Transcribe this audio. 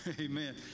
Amen